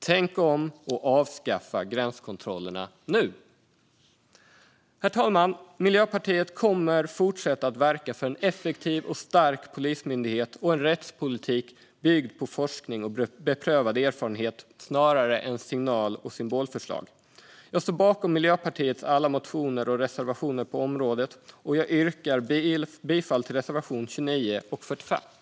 Tänk om, och avskaffa gränskontrollerna nu! Herr talman! Miljöpartiet kommer att fortsätta att verka för en effektiv och stark polismyndighet och en rättspolitik byggd på forskning och beprövad erfarenhet snarare än signal och symbolförslag. Jag står bakom Miljöpartiets alla motioner och reservationer på området och yrkar bifall till reservation 29 och 45.